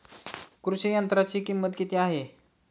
कृषी यंत्राची किंमत किती आहे?